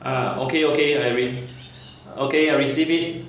ah okay okay I re~ okay I received it